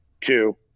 Two